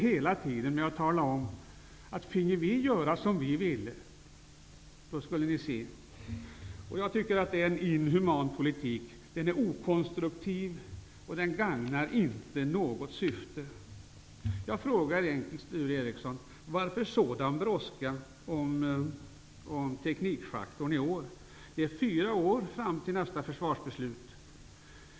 Ni har hela tiden sagt att om vi finge göra som vi ville, då skulle ni få se. Jag tycker att det är en inhuman politik, som är okonstruktiv och inte gagnar något syfte. Jag vill fråga Sture Ericson: Varför visar ni en sådan brådska när det gäller teknikfaktorn i år? Det är fyra år till nästa försvarsbeslut.